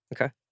Okay